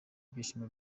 ibyishimo